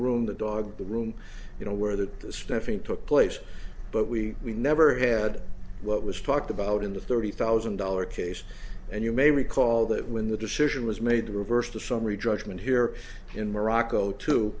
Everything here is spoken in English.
room the dog the room you know where that staffing took place but we we never had what was talked about in the thirty thousand dollar case and you may recall that when the decision was made to reverse the summary judgment here in morocco to